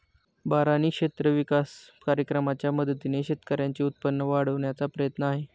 बारानी क्षेत्र विकास कार्यक्रमाच्या मदतीने शेतकऱ्यांचे उत्पन्न वाढविण्याचा प्रयत्न आहे